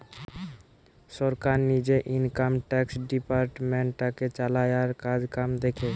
সরকার নিজে income tax ডিপার্টমেন্টটাকে চালায় আর কাজকাম দেখে